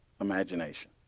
imagination